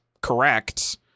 correct